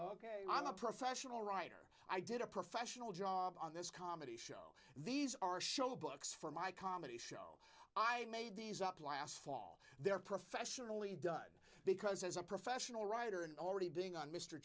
ok i'm a professional writer i did a professional job on this comedy show these are show books for my comedy show i made these up last fall they're professionally done because as a professional writer and already being